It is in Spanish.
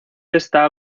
está